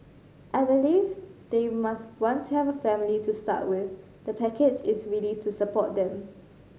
I believe they must want to have a family to start with the package is really to support them